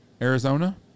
Arizona